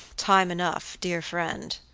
time enough, dear friend,